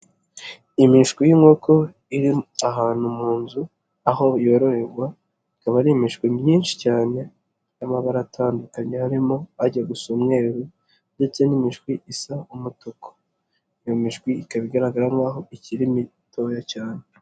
Imishwi y'inkoko iri ahantu mu nzu aho yororerwa. Ikaba ari imishwi myinshi cyane y'amabara atandukanye arimo ajya gusa umweru ndetse n'imishwi isa umutuku. Iyo mishwi ikaba igaragara nk'aho ikiri mitoya cyane.